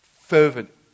fervent